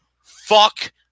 Fuck